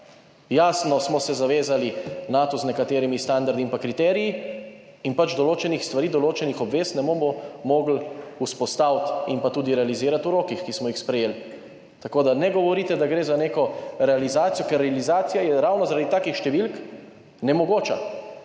Jasno smo se zavezali Natu z nekaterimi standardi in kriteriji in pač določenih stvari, določenih obvez ne bomo mogli vzpostaviti in tudi realizirati v rokih, ki smo jih sprejeli. Tako da ne govorite, da gre za neko realizacijo, ker realizacija je ravno zaradi takih številk nemogoča.